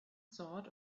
sort